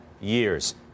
years